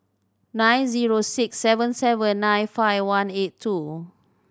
nine zero six seven seven nine five one eight two